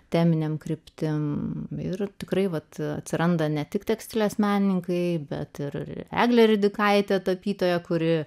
teminiam kryptim ir tikrai vat atsiranda ne tik tekstilės menininkai bet ir eglė ridikaitė tapytoja kuri